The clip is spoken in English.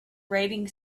grating